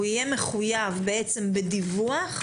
הוא יהיה מחויב בדיווח.